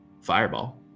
Fireball